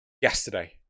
yesterday